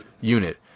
unit